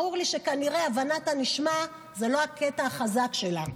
ברור לי שכנראה הבנת הנשמע זה לא הקטע החזק שלה.